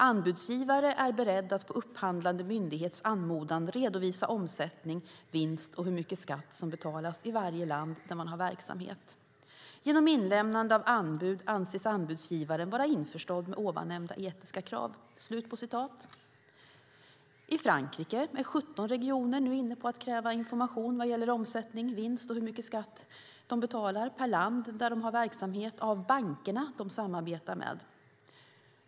Anbudsgivare är beredd att på upphandlande myndighets anmodan redovisa omsättning, vinst och hur mycket skatt som betalas i varje land där man har verksamhet. Genom inlämnande av anbud anses anbudsgivaren vara införstådd med ovannämnda etiska krav." I Frankrike är 17 regioner nu inne på att kräva information vad gäller omsättning, vinst och hur mycket skatt de betalar per land där de har verksamhet, detta av bankerna de samarbetar med.